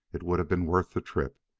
it would have been worth the trip.